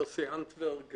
יוסי אנטורג,